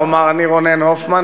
הוא אמר: אני רונן הופמן.